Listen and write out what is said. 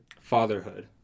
Fatherhood